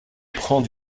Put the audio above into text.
reprend